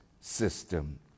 system